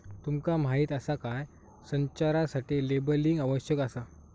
तुमका माहीत आसा काय?, संचारासाठी लेबलिंग आवश्यक आसा